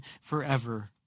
forever